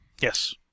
Yes